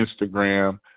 Instagram